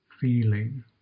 feeling